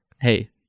Hey